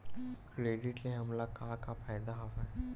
Credit ले हमन का का फ़ायदा हवय?